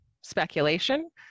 speculation